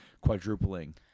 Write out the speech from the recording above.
quadrupling